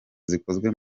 zikozwe